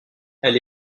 elle